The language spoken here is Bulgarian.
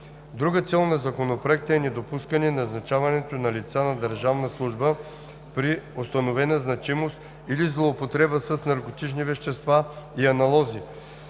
Друга цел на Законопроекта е недопускане назначаването на лица на държавна служба при установена зависимост или злоупотреба с наркотични вещества и аналози,